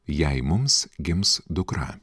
jei mums gims dukra